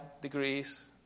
degrees